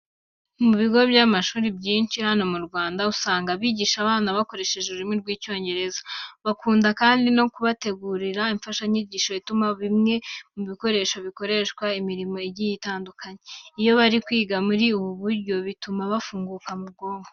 Mu bigo by'amashuri byinshi hano mu Rwanda, usanga bigisha abana bakoresheje ururimi rw'Icyongereza. Bakunda kandi no kubategurira imfashanyigisho ituma bamenya bimwe mu bikoresho bikoreshwa imirimo igiye itandukanye. Iyo bari kwiga muri ubu buryo bituma bafunguka mu bwonko.